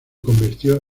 convirtió